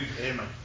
Amen